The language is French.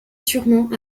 sûrement